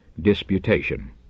disputation